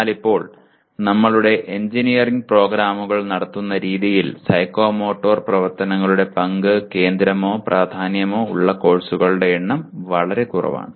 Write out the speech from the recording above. എന്നാൽ ഇപ്പോൾ നമ്മളുടെ എഞ്ചിനീയറിംഗ് പ്രോഗ്രാമുകൾ നടത്തുന്ന രീതിയിൽ സൈക്കോമോട്ടോർ പ്രവർത്തനങ്ങളുടെ പങ്ക് കേന്ദ്രമോ പ്രാധാന്യമോ ഉള്ള കോഴ്സുകളുടെ എണ്ണം വളരെ കുറവാണ്